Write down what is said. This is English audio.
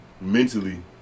mentally